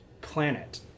Planet